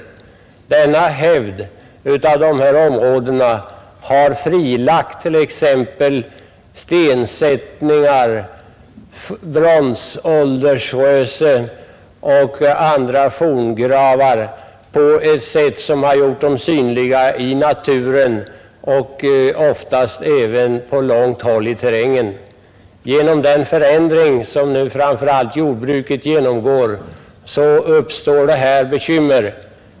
Denna hävd har frilagt t.ex. stensättningar, bronsåldersrösen och andra forngravar på ett sätt som gjort dem synliga i naturen, oftast även på långt håll. Genom den förändring som nu framför allt jordbruket genomgår uppstår här bekymmer.